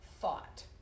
thought